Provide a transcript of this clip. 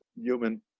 human